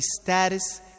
status